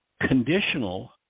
conditional